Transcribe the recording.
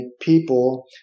people